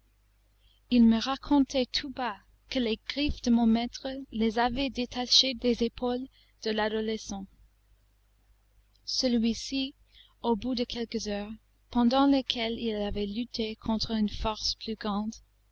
ils me racontaient tout bas que les griffes de mon maître les avaient détachés des épaules de l'adolescent celui-ci au bout de quelques heures pendant lesquelles il avait lutté contre une force plus grande